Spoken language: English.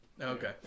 Okay